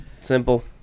simple